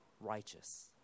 righteous